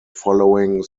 following